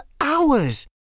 hours